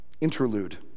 interlude